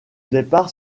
départ